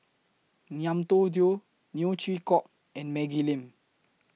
Ngiam Tong Dow Neo Chwee Kok and Maggie Lim